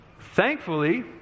Thankfully